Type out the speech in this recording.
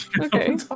Okay